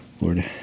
Lord